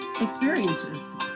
experiences